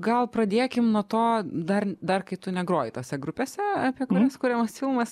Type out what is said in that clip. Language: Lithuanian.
gal pradėkim nuo to dar dar kai tu negrojai tose grupėse apie kurias kuriamas filmas